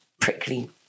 prickly